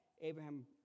Abraham